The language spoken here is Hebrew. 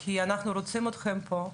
כי אנחנו רוצים אתכם פה,